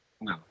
No